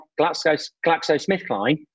GlaxoSmithKline